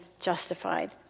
justified